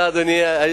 תודה, אדוני היושב-ראש.